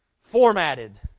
formatted